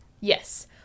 Yes